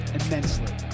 immensely